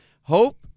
hope